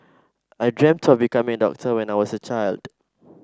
I dreamt of becoming a doctor when I was a child